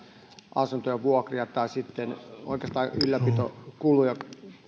asuntojen vuokria tai oikeastaan ylläpitokuluja